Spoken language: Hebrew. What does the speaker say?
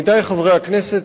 עמיתי חברי הכנסת,